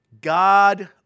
God